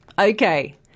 Okay